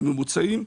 הממוצעים,